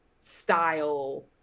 style